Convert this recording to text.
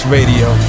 Radio